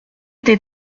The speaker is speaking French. des